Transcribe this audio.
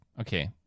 okay